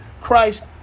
Christ